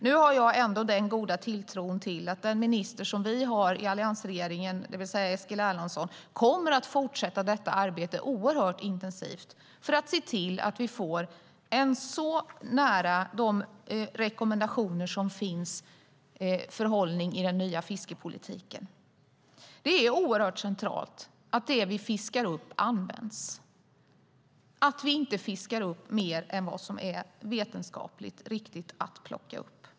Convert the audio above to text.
Nu har jag ändå den goda tilltron till att den minister som vi har i alliansregeringen, det vill säga Eskil Erlandsson, kommer att fortsätta detta arbete oerhört intensivt för att se till att vi får en hållning i den nya fiskeripolitiken som ligger så nära de rekommendationer som finns. Det är oerhört centralt att det vi fiskar upp används, det vill säga att vi inte fiskar upp mer än vad som är vetenskapligt riktigt att plocka upp.